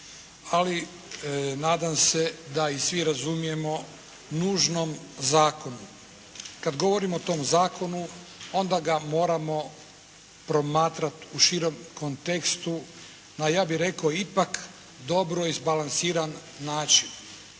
ali nadam se da i svi razumijemo nužnom zakonu. Kada govorimo o tom zakonu onda ga moramo promatrati u širem kontekstu, a ja bih rekao na ipak dobro izbalansiran način.